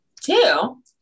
Two